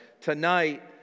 tonight